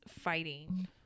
fighting